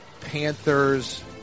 Panthers